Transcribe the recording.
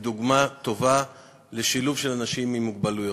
דוגמה טובה לשילוב אנשים עם מוגבלות.